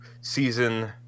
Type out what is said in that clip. season